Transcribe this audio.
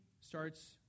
starts